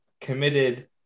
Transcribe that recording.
committed